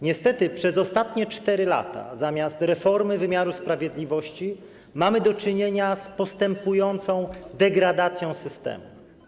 Niestety przez ostatnie 4 lata zamiast reformy wymiaru sprawiedliwości mamy do czynienia z postępującą degradacją systemu.